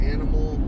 Animal